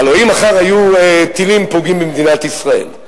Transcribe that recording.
הלוא אם היו טילים פוגעים במדינת ישראל,